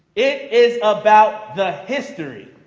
it is about the history